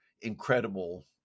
incredible